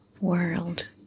world